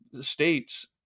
states